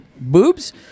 boobs